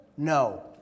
No